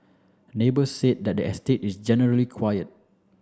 neighbours said the estate is generally quiet